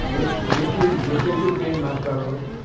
get गेटी गेटीकूय pen मारतालो